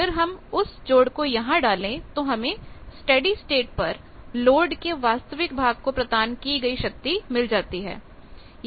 अगर हम उस जोड़ को यहां डालें तो हमें स्टेडी स्टेट पर लोड के वास्तविक भाग को प्रदान की गई शक्ति मिल जाती है